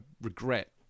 regret